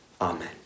Amen